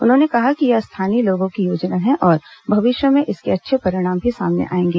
उन्होंने कहा कि यह स्थानीय लोगों की योजना है और भविष्य में इसके अच्छे परिणाम भी सामने आएंगे